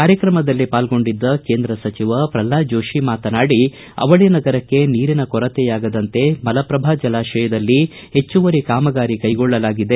ಕಾರ್ಯಕ್ರಮದಲ್ಲಿ ಪಾಲ್ಗೊಂಡಿದ್ದ ಕೇಂದ್ರ ಸಚಿವ ಪ್ರಲ್ಹಾದ ಜೋತಿ ಮಾತನಾಡಿ ಅವಳಿ ನಗರಕ್ಷೆ ನೀರಿನ ಕೊರತೆ ಆಗದಂತೆ ಮಲಪ್ರಭಾ ಜಲಾಶಯದಲ್ಲಿ ಹೆಚ್ಚುವರಿ ಕಾಮಗಾರಿ ಕೈಗೊಳ್ಳಲಾಗಿದೆ